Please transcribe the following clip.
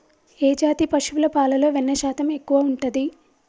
ఏ జాతి పశువుల పాలలో వెన్నె శాతం ఎక్కువ ఉంటది?